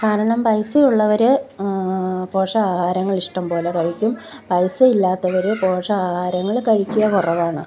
കാരണം പൈസ ഉള്ളവർ പോഷകാഹാരങ്ങൾ ഇഷ്ടം പോലെ കഴിക്കും പൈസ ഇല്ലാത്തവർ പോഷകാഹാരങ്ങൾ കഴിക്കുക കുറവാണ്